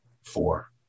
Four